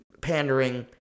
pandering